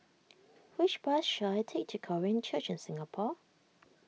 which bus should I take to Korean Church in Singapore